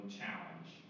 challenge